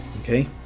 Okay